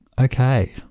Okay